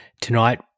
Tonight